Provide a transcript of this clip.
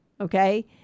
Okay